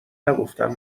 نگفتن